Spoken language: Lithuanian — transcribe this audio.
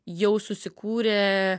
jau susikūrė